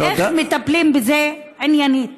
איך מטפלים בזה עניינית?